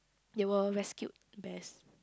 they were rescued best